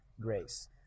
grace